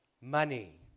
money